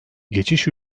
geçiş